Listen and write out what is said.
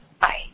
Bye